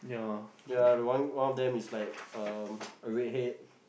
ya the one one of them is like um a redhead